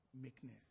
Meekness